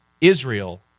Israel